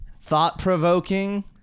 thought-provoking